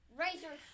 razor